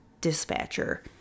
dispatcher